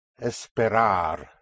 esperar